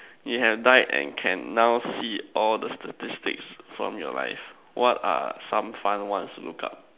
you have died and can now see all the statistics from your life what are some fun ones to look up